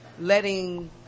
letting